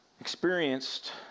experienced